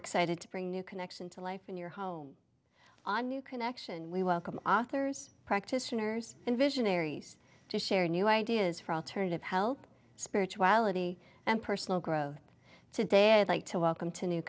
excited to bring a new connection to life in your home on new connection we welcome authors practitioners and visionaries to share new ideas for alternative health spirituality and personal growth today i'd like to welcome to new